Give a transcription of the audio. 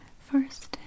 first